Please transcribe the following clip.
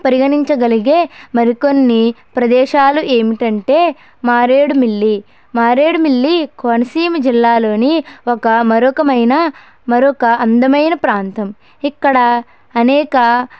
పరిగణించగలిగే మరికొన్ని ప్రదేశాలు ఏమిటంటే మారేడుమిల్లి మారేడుమిల్లి కోనసీమ జిల్లాలోని ఒక మరొకమైన మరొక అందమైన ప్రాంతం ఇక్కడ అనేక